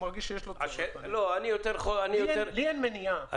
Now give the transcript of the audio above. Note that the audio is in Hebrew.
אין כמות מקסימלית.